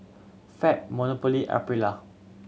Fab Monopoly Aprilia